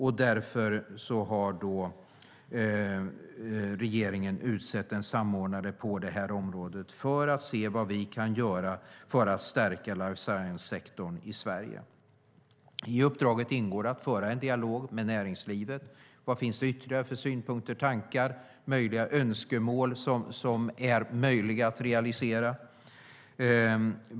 Därför har regeringen utsett en samordnare för detta område för att se vad vi kan göra för att stärka life science-sektorn i Sverige. I uppdraget ingår att föra en dialog med näringslivet. Vad finns det för ytterligare synpunkter, tankar och önskemål som är möjliga att realisera?